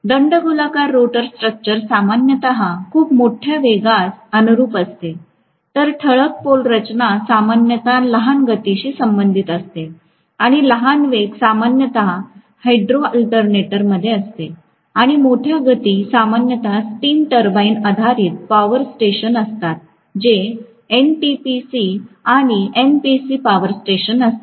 दंडगोलाकार rotor structure सामान्यत खूप मोठ्या वेगास अनुरूप असते तर ठळक पोल रचना सामान्यत लहान गतीशी संबंधित असते आणि लहान वेग सामान्यत हायड्रो अल्टरनेटरमध्ये असते आणि मोठ्या गती सामान्यत स्टीम टर्बाइन आधारित पॉवर स्टेशन असतात जे एनटीपीसी आणि एनपीसी पॉवर स्टेशन असतात